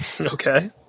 Okay